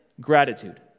gratitude